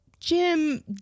Jim